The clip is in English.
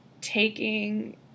taking